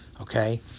okay